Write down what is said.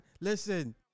Listen